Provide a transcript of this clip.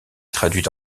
traduite